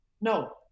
No